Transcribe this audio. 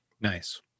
Nice